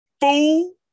Fool